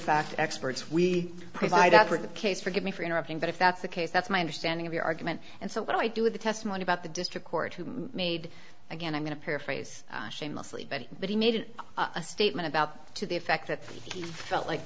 fact experts we provide operative case forgive me for interrupting but if that's the case that's my understanding of your argument and so what i do with the testimony about the district court who made again i'm going to paraphrase shamelessly but but he made a statement about to the effect that he felt like